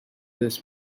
this